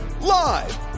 Live